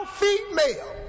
female